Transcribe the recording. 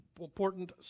important